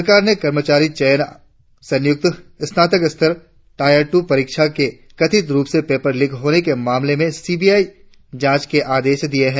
सरकार ने कर्मचारी चयन आयोग संयुक्त स्नातक स्तर टायर टू परीक्षा के कथित रुप से पेपर लीक होने के मामले की सीबीआई जांच के आदेश दिये हैं